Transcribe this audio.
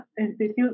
Institute